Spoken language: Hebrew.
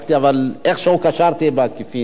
אבל איכשהו קשרתי בעקיפין.